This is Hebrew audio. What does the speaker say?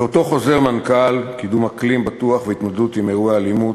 באותו חוזר מנכ"ל הדן בקידום אקלים בטוח ובהתמודדות עם אירועי אלימות,